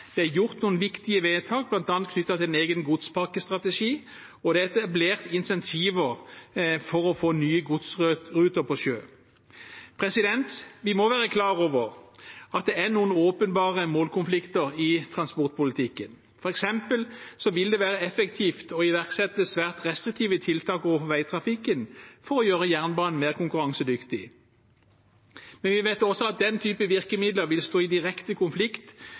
det er gjort noen viktige vedtak, bl.a. knyttet til en egen godspakkestrategi, og det er etablert incentiver for å få nye godsruter på sjø. Vi må være klar over at det er noen åpenbare målkonflikter i transportpolitikken. For eksempel vil det være effektivt å iverksette svært restriktive tiltak overfor veitrafikken for å gjøre jernbanen mer konkurransedyktig. Men vi vet også at den type virkemidler vil stå i direkte konflikt